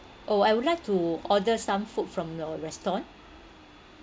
oh I would like to order some food from your restaurant